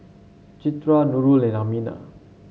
Citra Nurul and Aminah